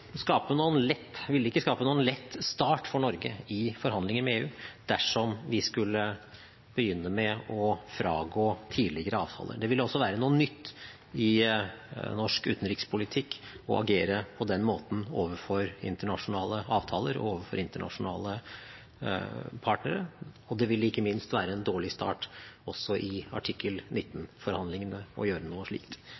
skape noen lett start for Norge i forhandlinger med EU dersom vi skulle begynne med å fragå tidligere avtaler. Det ville også være noe nytt i norsk utenrikspolitikk å agere på den måten overfor internasjonale avtaler og overfor internasjonale partnere, og det ville ikke minst være en dårlig start også i artikkel